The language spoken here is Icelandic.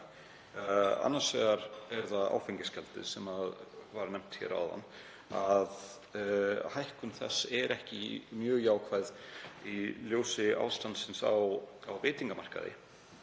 Annars vegar er það áfengisgjaldið sem nefnt var hér áðan, að hækkun þess er ekki mjög jákvæð í ljósi ástandsins í veitingageiranum